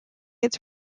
its